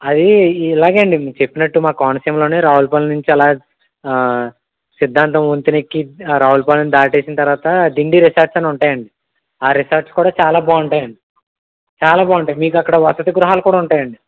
అది ఇలాగే అండి మీరు చెప్పినట్టు మా కోనసీమలో రావులపాలెం నుంచి అలా సిద్ధాంతం వంతెన ఎక్కి రావులపాలెం దాటిన తర్వాత దిండి రిసార్ట్స్ అని ఉంటాయండి ఆ రిసార్ట్స్ కూడా చాలా బాగుంటాయి అండి చాలా బాగుంటాయి మీకు అక్కడ వసతి గృహాలు కూడా ఉంటాయండి